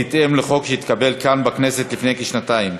זאת, בהתאם לחוק שהתקבל כאן בכנסת לפני כשנתיים,